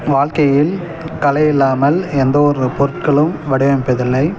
வாழ்க்கையில் கலையில்லாமல் எந்தவொரு பொருட்களும் வடிவமைப்பதில்லை